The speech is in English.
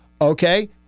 Okay